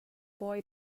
boy